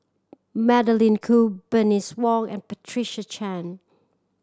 Magdalene Khoo Bernice Wong and Patricia Chan